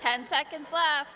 ten seconds left